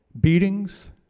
Beatings